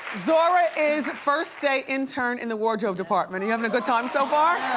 zora is a first-day intern in the wardrobe department. are you having a good time so far?